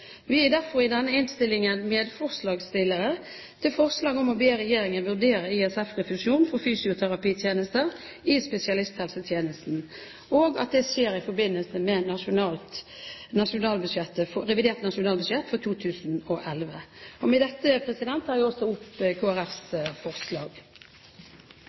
Vi er derfor i denne innstillingen medforslagsstiller til forslag om å be regjeringen vurdere ISF-refusjon for fysioterapitjenester i spesialisthelsetjenesten, og at det skjer i forbindelse med revidert nasjonalbudsjett for 2011. Det blir replikkordskifte. I merknadene til budsjettet fra Kristelig Folkeparti og i innlegget kritiserer man regjeringen for ikke å følge opp forliket med